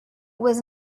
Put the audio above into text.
was